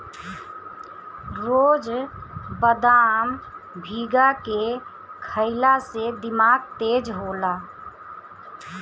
रोज बदाम भीगा के खइला से दिमाग तेज होला